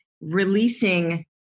releasing